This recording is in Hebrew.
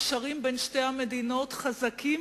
הקשרים בין שתי המדינות חזקים,